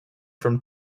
from